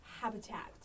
habitat